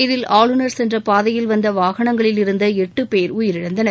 இதில் ஆளுநர் சென்ற பாதையில் வந்த வாகனங்களில் இருந்த எட்டுபேர் உயிரிழந்தனர்